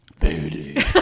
Baby